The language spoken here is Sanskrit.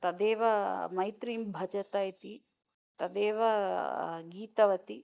तदेव मैत्रीं भजत इति तदेव गीतवती